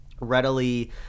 readily